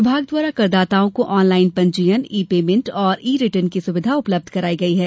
विभाग द्वारा करदाताओं को ऑनलाईन पंजीयन ई पेमेंट और ई रिर्टन की सुविधा उपलब्ध करवाई गई है